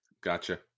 Gotcha